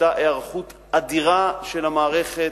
היתה היערכות אדירה של המערכת,